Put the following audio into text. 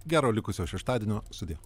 gero likusio šeštadienio sudie